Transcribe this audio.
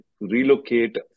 relocate